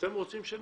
אתם רוצים שנעשה,